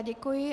Děkuji.